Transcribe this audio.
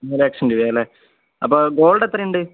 മൂന്ന് ലക്ഷം രൂപയാണ് അല്ലേ അപ്പോൾ ഗോൾഡ് എത്രയുണ്ട്